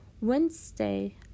Wednesday